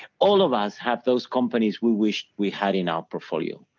all of us have those companies we wish we had in our portfolio,